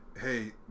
hey